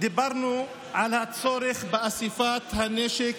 דיברנו על הצורך באיסוף הנשק